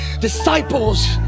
disciples